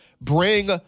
bring